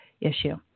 issue